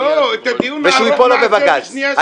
ושהוא ייפול לו בבג"ץ.